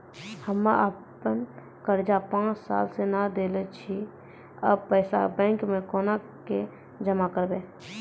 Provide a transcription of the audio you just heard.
हम्मे आपन कर्जा पांच साल से न देने छी अब पैसा बैंक मे कोना के जमा करबै?